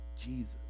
Jesus